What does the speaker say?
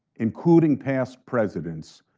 including past presidents,